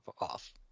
off